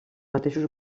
mateixos